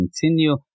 continue